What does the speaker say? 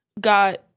Got